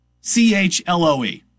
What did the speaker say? C-H-L-O-E